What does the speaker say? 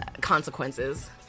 consequences